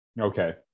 Okay